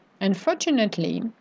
unfortunately